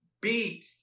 beat